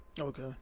Okay